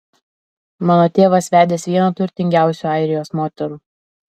mano tėvas vedęs vieną turtingiausių airijos moterų